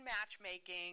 matchmaking